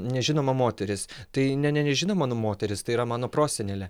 nežinoma moteris tai ne ne nežinonma moteris tai yra mano prosenelė